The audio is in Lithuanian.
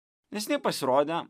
neseniai pasirodė